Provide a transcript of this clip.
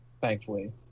thankfully